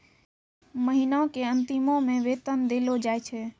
महिना के अंतिमो मे वेतन देलो जाय छै